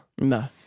No